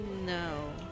No